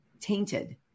tainted